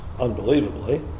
unbelievably